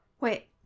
Wait